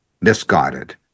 misguided